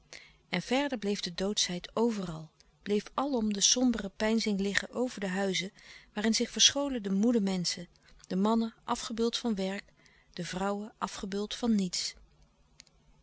en verder bleef de doodschheid overal bleef alom de sombere peinzing liggen over de huizen waarin zich verscholen de moede menschen de mannen afgebeuld van werk de vrouwen afgebeuld van niets